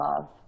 love